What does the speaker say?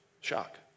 Shock